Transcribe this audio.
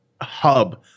hub